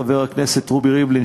חבר הכנסת רובי ריבלין,